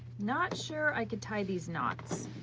not sure i could tie these knots,